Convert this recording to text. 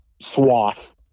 swath